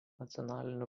nacionaliniu